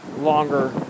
Longer